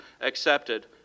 accepted